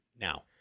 now